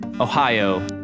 Ohio